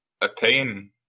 attain